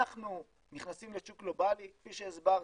אנחנו נכנסים לשוק גלובלי, כפי שהסברתי,